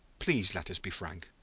please let us be frank.